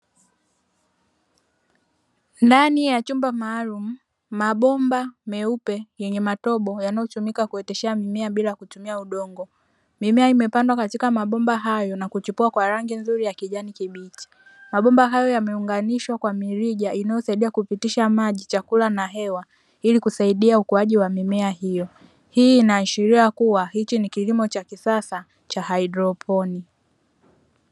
Ndani ya chumba maalumu, mabomba meupe yenye matobo yanayo tumika kuoteshea mimea bila kutumia udongo. Mimea imepandwa katika mabomba hayo na kuchipua kwa rangi nzuri ya kijani kibichi, mabomba hayo yameunganishwa kwa mirija inayo saidia kupitisha maji, Chakula na hewa hili kusaidia ukuwaji wa mimea hiyo. Hii ina ashiria kuwa hichi ni kilimo cha kisasa cha haidroponi.